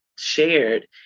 Shared